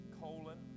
colon